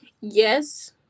Yes